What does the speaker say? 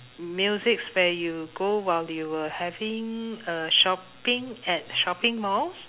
musics where you go while you were having a shopping at shopping malls